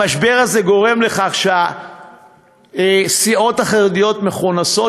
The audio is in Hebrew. המשבר הזה גורם לכך שהסיעות החרדיות מכונסות